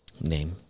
name